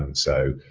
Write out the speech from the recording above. and so,